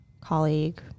colleague